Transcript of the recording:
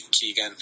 Keegan